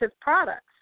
products